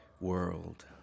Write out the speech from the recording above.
world